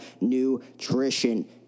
Nutrition